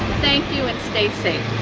thank you and stay safe